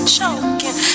choking